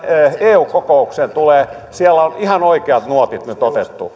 eu kokoukseen tulee siellä on ihan oikeat nuotit nyt otettu